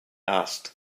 asked